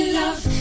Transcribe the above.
love